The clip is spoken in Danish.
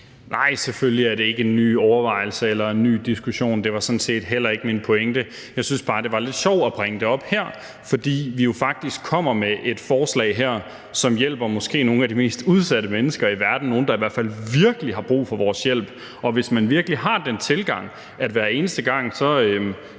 (SF): Selvfølgelig er det ikke en ny overvejelse eller en ny diskussion. Det var sådan set heller ikke min pointe. Jeg syntes bare, det var lidt sjovt at bringe det op, fordi vi jo faktisk kommer med et forslag her, som hjælper nogle af de måske mest udsatte mennesker i verden, nogle, der i hvert fald virkelig har brug for vores hjælp. Og hvis man virkelig har den tilgang, at vi hver eneste gang skal